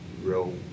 real